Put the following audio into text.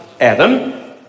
Adam